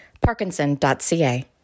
Parkinson.ca